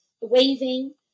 Waving